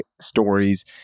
stories